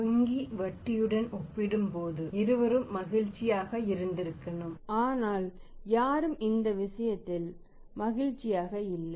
வங்கி வட்டியுடன் ஒப்பிடும்போது இருவரும் மகிழ்ச்சியாக இருந்திருக்கணும் ஆனால் யாரும் இந்த விஷயத்தில் மகிழ்ச்சியாக இல்லை